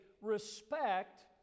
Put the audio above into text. respect